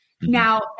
Now